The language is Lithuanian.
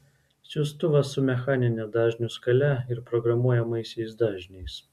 siųstuvas su mechanine dažnių skale ir programuojamaisiais dažniais